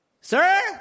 Sir